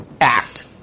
act